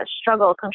struggle